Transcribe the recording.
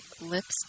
lips